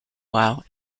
while